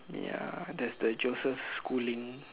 ya there's the Joseph-Schooling